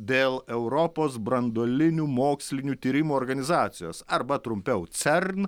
dėl europos branduolinių mokslinių tyrimų organizacijos arba trumpiau cern